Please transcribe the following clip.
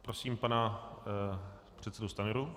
Prosím pana předsedu Stanjuru.